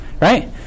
right